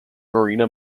marina